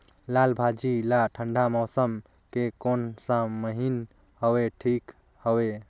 लालभाजी ला ठंडा मौसम के कोन सा महीन हवे ठीक हवे?